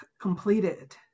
completed